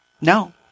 No